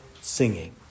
singing